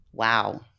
Wow